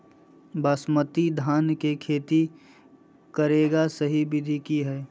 बासमती धान के खेती करेगा सही विधि की हय?